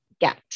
get